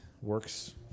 works